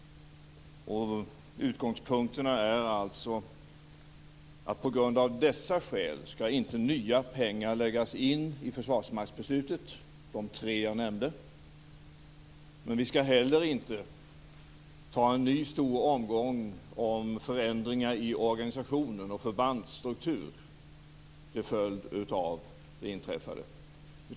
Utgångspunkterna är alltså att nya pengar inte skall läggas in i försvarsmaktsbeslutet, på grund av de tre skäl jag nämnde. Men vi skall heller inte ta en ny, stor omgång om förändringar i organisation och förbandsstruktur till följd av det inträffade.